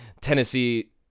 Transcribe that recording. Tennessee